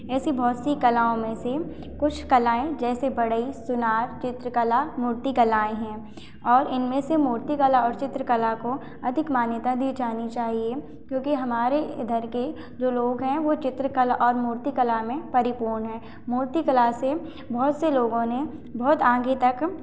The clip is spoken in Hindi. ऐसी बहुत सी कलाओं में से कुछ कलाएँ जैसे बढ़ई सुनार चित्रकला मूर्ति कलाएँ हैं और इनमें से मूर्तिकला और चित्रकला को अधिक मान्यता दी जानी चाहिए क्यूँकि हमारे इधर के जो लोग हैं वो चित्रकला और मूर्तिकला में परिपूर्ण हैं मूर्तिकला से बहुत से लोगों ने बहुत आगे तक